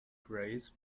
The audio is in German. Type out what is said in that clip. grace